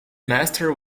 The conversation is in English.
master